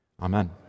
amen